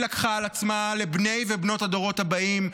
לקחה על עצמה לבני ובנות הדורות הבאים,